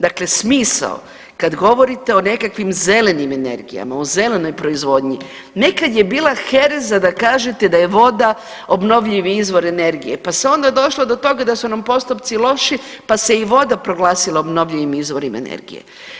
Dakle, smisao kad govorite o nekakvim zelenim energijama, o zelenoj proizvodnji, nekad je bila hereza da kažete da je voda obnovljivi izvor energije pa se je onda došlo do toga da su nam postupci loši pa se i voda proglasila obnovljivim izvorom energije.